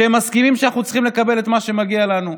מסכימים שאנחנו צריכים לקבל את מה שמגיע לנו: